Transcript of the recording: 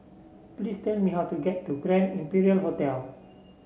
please tell me how to get to Grand Imperial Hotel